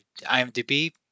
IMDB